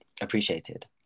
appreciated